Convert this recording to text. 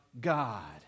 God